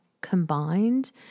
combined